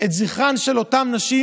את זכרן של אותן נשים,